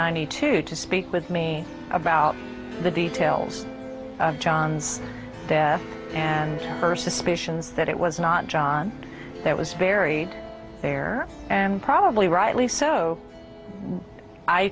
hundred two to speak with me about the details of john's death and her suspicions that it was not john that was buried there and probably rightly so i